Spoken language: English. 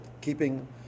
keeping